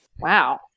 Wow